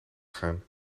gaan